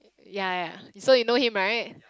ya so you know him right